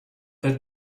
that